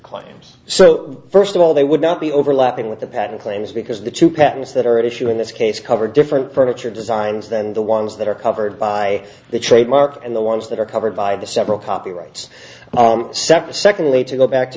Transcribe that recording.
claims so first of all they would not be overlapping with the patent claims because the two patents that are at issue in this case cover different furniture designs than the ones that are covered by the trademark and the ones that are covered by the several copyrights separate secondly to go back to